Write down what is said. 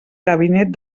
gabinet